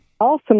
Awesome